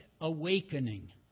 awakening